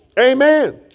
Amen